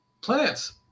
plants